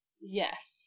Yes